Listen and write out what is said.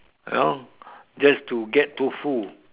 you know just to get tofu